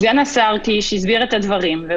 סגן השר קיש הסביר את הדברים.